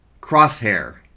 crosshair